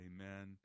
Amen